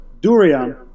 Durian